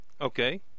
Okay